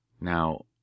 Now